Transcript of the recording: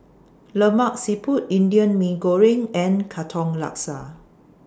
Lemak Siput Indian Mee Goreng and Katong Laksa